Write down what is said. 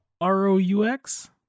r-o-u-x